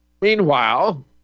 Meanwhile